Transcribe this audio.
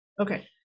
okay